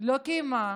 לא קיימה